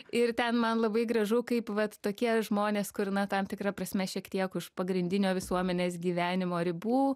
ir ten man labai gražu kaip vat tokie žmonės kur na tam tikra prasme šiek tiek už pagrindinio visuomenės gyvenimo ribų